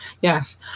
Yes